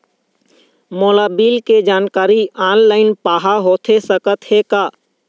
मोला बिल के जानकारी ऑनलाइन पाहां होथे सकत हे का?